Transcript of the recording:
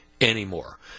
anymore